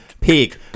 peak